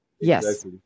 yes